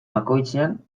bakoitzean